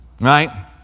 right